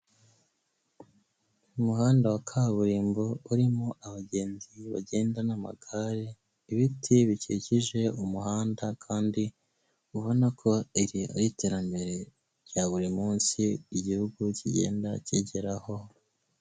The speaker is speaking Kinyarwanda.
Umuhanda wa kaburimbo urimo abagenzi bagenda n'amagare, ibiti bikikije umuhanda kandi ubona ko iri ari iterambere rya buri munsi igihugu kigenda kigeraho.